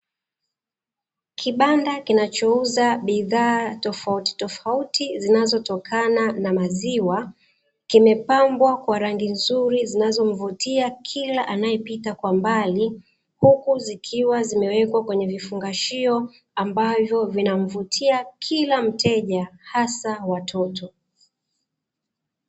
Kibanda kinachouza bidhaa tofautitofauti zinazotokana na maziwa, kimepambwa kwa rangi nzuri zinazomvutia kila anayepita kwa mbali, huku zikiwa zimewekwa kwenye vifungashio ambavyo vinamvutia kila mteja; hasa watoto.